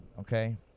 Okay